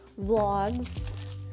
vlogs